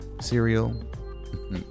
cereal